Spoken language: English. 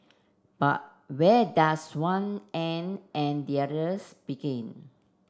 but where does one end and the others begin